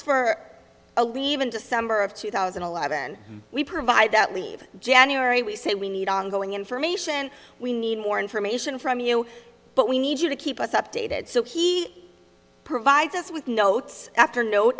for a leave in december of two thousand and eleven we provide that leave january we said we need ongoing information we need more information from you but we need you to keep us updated so he provides us with notes after kno